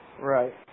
Right